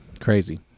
Crazy